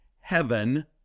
heaven